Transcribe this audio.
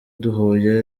duhuye